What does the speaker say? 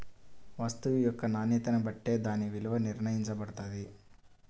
వస్తువు యొక్క నాణ్యతని బట్టే దాని విలువ నిర్ణయించబడతది